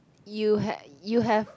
you ha~ you have